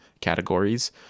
categories